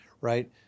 right